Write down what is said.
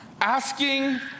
asking